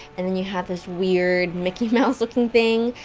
and then you have this weird mickey mouse looking thing,